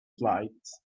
slides